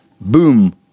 boom